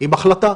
עם החלטה.